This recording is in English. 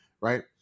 Right